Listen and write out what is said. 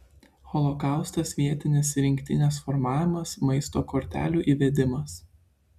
holokaustas vietinės rinktinės formavimas maisto kortelių įvedimas